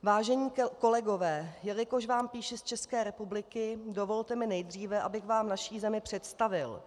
Vážení kolegové, jelikož vám píši z České republiky, dovolte mi nejdříve, abych vám naši zemi představil.